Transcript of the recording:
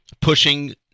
pushing